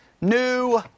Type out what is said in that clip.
new